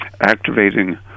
activating